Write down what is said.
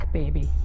baby